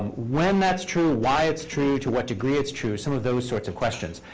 when that's true, why it's true, to what degree it's true, some of those sorts of questions.